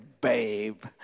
babe